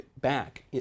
back